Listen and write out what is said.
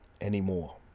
anymore